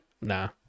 Nah